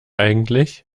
eigentlich